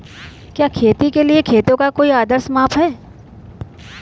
क्या खेती के लिए खेतों का कोई आदर्श माप है?